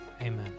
amen